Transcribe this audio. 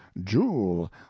jewel